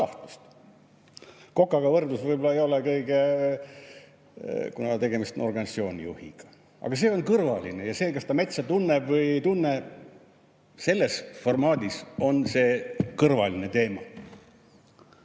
Kokaga võrdlus võib-olla ei ole kõige parem, kuna tegemist on organisatsioon juhiga. Aga see on kõrvaline. Ja ka see, kas ta metsa tunneb või ei tunne, on selles formaadis kõrvaline teema.